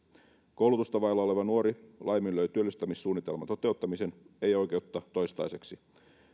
koulutusta vailla oleva nuori laiminlöi työllistämissuunnitelman toteuttamisen ei oikeutta toistaiseksi